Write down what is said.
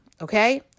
okay